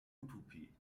utopie